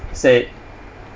said